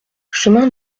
chemin